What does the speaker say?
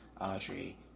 Audrey